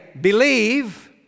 believe